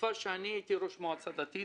בתקופה שהייתי ראש מועצה דתית